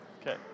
Okay